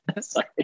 Sorry